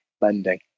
lending